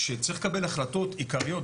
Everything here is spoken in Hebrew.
כשצריך לקבל החלטות עיקריות,